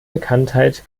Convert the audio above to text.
bekanntheit